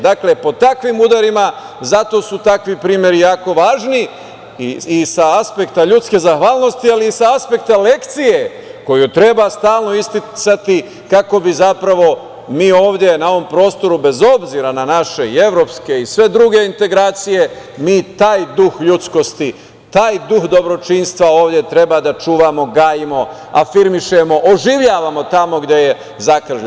Dakle, pod takvim udarima zato su takvi primeri jako važni i sa aspekta ljudske zahvalnosti, ali i sa aspekta lekcije koju treba stalno isticati kako bi zapravo mi ovde na ovom prostoru, bez obzira na naše i evropske i sve druge integracije, mi taj duh ljudskosti, taj duh dobročinstva ovde treba da čuvamo, gajimo, afirmišemo, oživljavamo tamo gde je zakržljao.